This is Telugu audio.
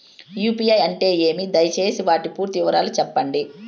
యు.పి.ఐ అంటే ఏమి? దయసేసి వాటి పూర్తి వివరాలు సెప్పండి?